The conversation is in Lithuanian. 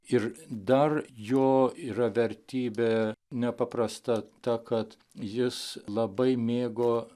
ir dar jo yra vertybė nepaprasta ta kad jis labai mėgo